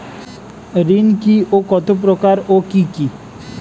ঋণ কি ও কত প্রকার ও কি কি?